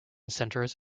centres